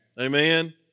Amen